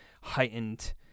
heightened